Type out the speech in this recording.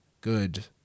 good